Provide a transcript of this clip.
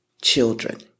children